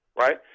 right